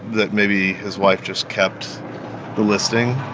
that maybe his wife just kept the listing.